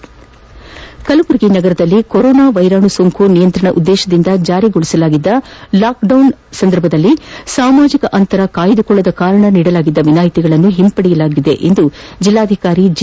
corona ಜಿಲ್ಲೆಗಳು ಕಲಬುರಗಿ ನಗರದಲ್ಲಿ corona virus ಸೋಂಕು ನಿಯಂತ್ರಣ ಉದ್ದೇಶದಿಂದ ಜಾರಿಗೊಳಿಸಲಾಗಿದ್ದ ಲಾಕ್ಡೌನ್ ಸಂದರ್ಭದಲ್ಲಿ ಸಾಮಾಜಕ ಅಂತರ ಕಾಯ್ದಕೊಳ್ಳದ ಕಾರಣ ನೀಡಲಾಗಿದ್ದ ವಿನಾಯಿತಿಗಳನ್ನು ಹಿಂಪಡೆದಿರುವುದಗಿ ಎಂದು ಜೆಲ್ಲಾಧಿಕಾರಿ ಜಿ